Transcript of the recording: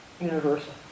universal